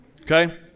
okay